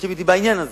מסכים אתי בעניין הזה.